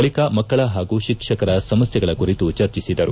ಬಳಿಕ ಮಕ್ಕಳ ಹಾಗೂ ಶಿಕ್ಷಕರ ಸಮಸ್ಥೆಗಳ ಕುರಿತು ಚರ್ಚಿಸಿದರು